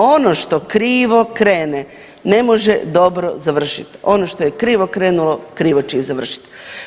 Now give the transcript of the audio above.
Ono što krivo krene ne može dobro završit, ono što je krivo krenulo krivo će i završit.